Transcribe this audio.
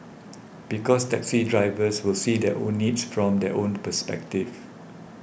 because taxi drivers will see their own needs from their own perspective